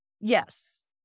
Yes